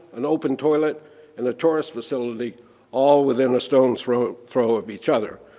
an open toilet and a tourist facility all within a stone's throw throw of each other,